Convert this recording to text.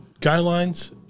guidelines